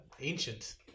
ancient